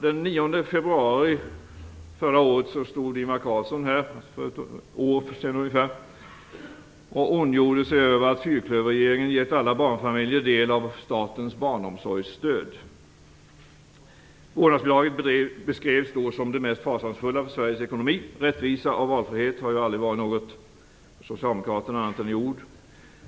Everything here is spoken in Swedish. Den 9 februari förra året stod Ingvar Carlsson här i kammaren och ondgjorde sig över att fyrklöverregeringen gett alla barnfamiljer del av statens barnomsorgsstöd. Vårdnadsbidraget beskrevs då som det mest fasansfulla för Sveriges ekonomi. Rättvisa och valfrihet har ju aldrig varit något för socialdemokraterna, annat än i ord.